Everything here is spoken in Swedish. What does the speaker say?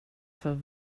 för